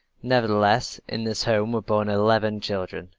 nevertheless in this home were born eleven children,